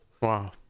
Wow